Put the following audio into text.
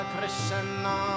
Krishna